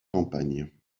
campagnes